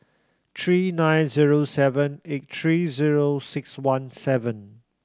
three nine zero seven eight three zero six one seven